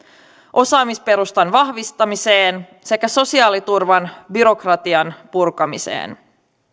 osaamisperustan vahvistamiseen sekä sosiaaliturvan byrokratian purkamiseen